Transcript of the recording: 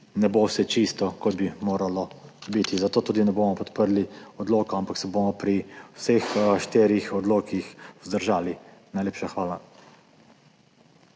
ne bo vse čisto, kot bi moralo biti, zato tudi ne bomo podprli odloka, ampak se bomo pri vseh štirih odlokih vzdržali. Najlepša hvala.